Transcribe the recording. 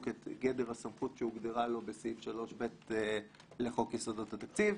את גדר הסמכות שהוגדרה לו בסעיף 3ב לחוק יסודות התקציב.